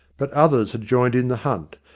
but others had joined in the hunt,